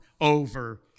over